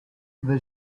the